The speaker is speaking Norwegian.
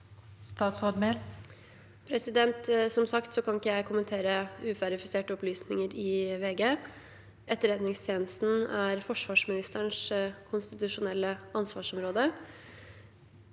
Statsråd Emilie Mehl Som sagt kan jeg ikke kommentere uverifiserte opplysninger fra VG. Etterretningstjenesten er forsvarsministerens konstitusjonelle ansvarsområde.